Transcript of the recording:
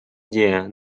идея